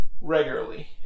regularly